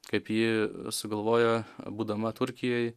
kaip ji sugalvojo būdama turkijoj